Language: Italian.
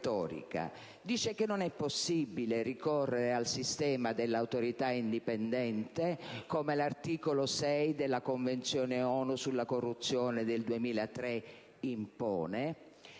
dice che non è possibile ricorrere al sistema dell'Autorità indipendente (come l'articolo 6 della Convenzione ONU sulla corruzione del 2003 impone),